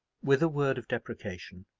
with a word of deprecation,